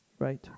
Right